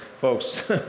Folks